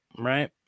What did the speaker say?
right